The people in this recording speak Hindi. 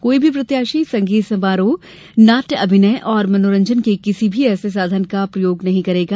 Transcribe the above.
कोई भी प्रत्याशी संगीत समारोह नाट्य अभिनय और मनोरंजन के किसी भी ऐसे साधन का प्रयोग नहीं करेगा